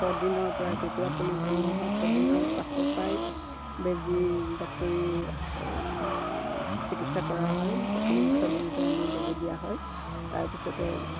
ছদিনৰ পৰাই কুকুৰা পুলি জন্ম হোৱা ছদিনৰ পাছৰ পৰাই বেজি ডাক্তৰী চিকিৎসা কৰা হয় প্ৰথম ছদিনত আমি বেজী দিয়া হয় তাৰপিছতে